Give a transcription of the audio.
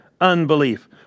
unbelief